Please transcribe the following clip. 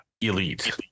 Elite